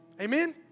Amen